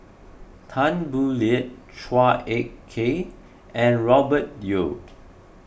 Tan Boo Liat Chua Ek Kay and Robert Yeo